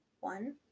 one